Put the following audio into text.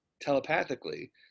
telepathically